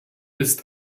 ist